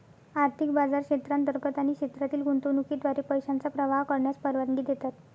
आर्थिक बाजार क्षेत्रांतर्गत आणि क्षेत्रातील गुंतवणुकीद्वारे पैशांचा प्रवाह करण्यास परवानगी देतात